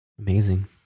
Amazing